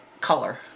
color